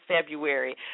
February